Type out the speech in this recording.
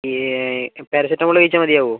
ഈ പാരസെറ്റാമോൾ കഴിച്ചാൽ മതിയാവുമോ